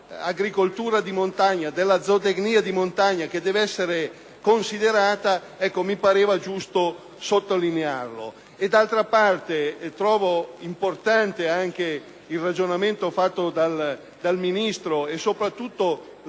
D'altra parte, trovo importante anche il ragionamento fatto dal Ministro e soprattutto l'accoglimento